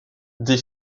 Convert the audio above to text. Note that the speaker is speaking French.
des